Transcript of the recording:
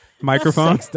Microphone